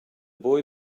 boy